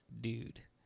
dude